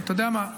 אתה יודע מה?